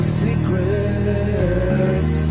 secrets